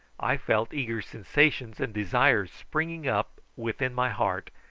i felt eager sensations and desires springing up within my heart,